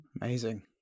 Amazing